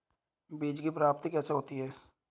बीज की प्राप्ति कैसे होती है?